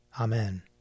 Amen